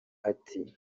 ati